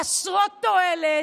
חסרות תועלת,